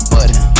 Button